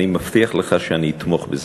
אני מבטיח לך שאני אתמוך בזה.